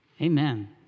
Amen